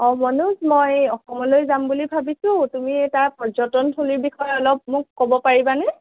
অঁ মনোজ মই অসমলৈ যাম বুলি ভাবিছোঁ তুমি তাৰ পৰ্যটন থলীৰ বিষয়ে অলপ মোক ক'ব পাৰিবানে